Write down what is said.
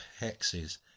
hexes